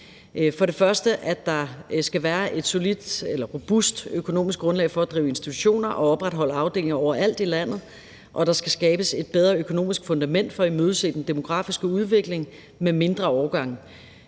for det første, at der skal være et solidt eller robust økonomisk grundlag for at drive institutioner og opretholde afdelinger overalt i landet, og at der skal skabes et bedre økonomisk fundament for at imødese den demografiske udvikling med mindre årgange,